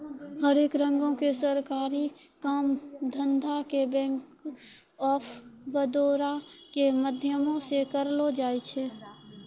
हरेक रंगो के सरकारी काम धंधा के बैंक आफ बड़ौदा के माध्यमो से करलो जाय छै